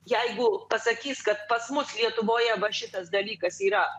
jeigu pasakys kad pas mus lietuvoje va šitas dalykas yra